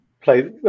play